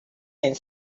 and